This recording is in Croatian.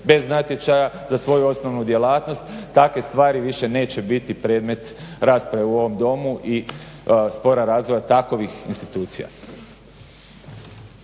bez natječaja za svoju osnovnu djelatnost takve stvari više neće biti predmet rasprave u ovom Domu i spora razvoja takovih institucija.